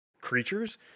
creatures